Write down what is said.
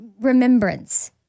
remembrance